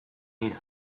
dira